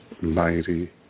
mighty